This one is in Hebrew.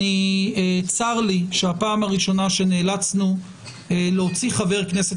צר לי שזאת הפעם הראשונה שנאלצנו להוציא חבר כנסת